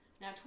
now